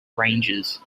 ranges